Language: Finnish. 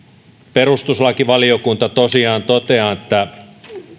perustuslakivaliokunta tosiaan toteaa että